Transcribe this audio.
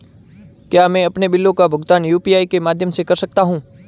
क्या मैं अपने बिलों का भुगतान यू.पी.आई के माध्यम से कर सकता हूँ?